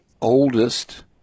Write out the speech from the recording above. oldest